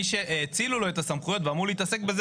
מי שהאצילו לו את הסמכויות ואמור להתעסק בזה